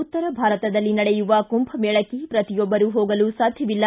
ಉತ್ತರ ಭಾರತದಲ್ಲಿ ನಡೆಯುವ ಕುಂಭಮೇಳಕ್ಕೆ ಪ್ರತಿಯೊಬ್ಬರು ಹೋಗಲು ಸಾಧ್ಯವಿಲ್ಲ